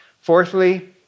Fourthly